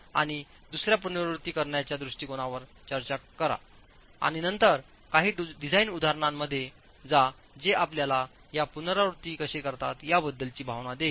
आणि दुसर्या पुनरावृत्ती करण्याच्या दृष्टिकोनावर चर्चा करा आणि नंतर काही डिझाइन उदाहरणांमध्ये जा जे आपल्याला या पुनरावृत्ती कसे करतात याबद्दलची भावना देईल